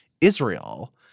Israel